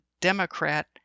Democrat